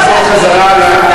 הציבור הוא חלק מזה.